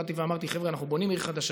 באתי ואמרתי: חבר'ה, אנחנו בונים עיר חדשה.